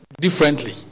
differently